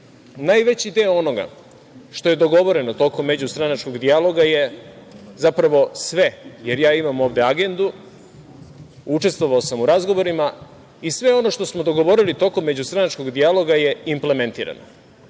rešenje. Najveći deo onoga što je dogovoreno tokom međustranačkog dijaloga je zapravo sve, jer ja imam ovde agendu, učestvovao sam u razgovorima i sve ono što smo dogovorili tokom međustranačkog dijaloga je implementirano.